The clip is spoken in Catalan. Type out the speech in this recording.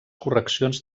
correccions